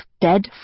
dead